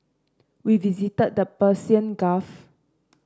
we visited the Persian Gulf